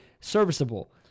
serviceable